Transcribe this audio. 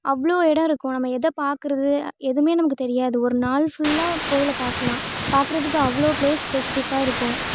அவ்வளோ இடம் இருக்கும் நம்ம எதை பார்க்குறது எதுவுமே நமக்கு தெரியாது ஒரு நாள் ஃபுல்லா கோயிலை பார்க்கலாம் பாக்கிறதுக்கு அவ்வளோ ப்ளேஸ் ஸ்பெசிஃபிக்காக இருக்கும்